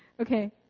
Okay